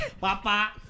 Papa